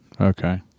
Okay